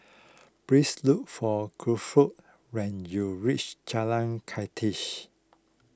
please look for Guilford when you reach Jalan Kandis